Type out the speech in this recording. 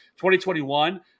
2021